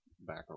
back